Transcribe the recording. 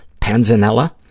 panzanella